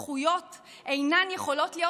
הזכויות אינן יכולות להיות מוגנות.